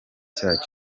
cyaha